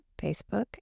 Facebook